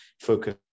focus